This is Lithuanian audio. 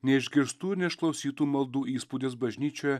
neišgirstų neišklausytų maldų įspūdis bažnyčioje